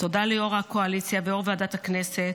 תודה ליו"ר הקואליציה ויו"ר ועדת הכנסת